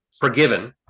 forgiven